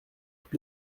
tous